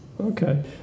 Okay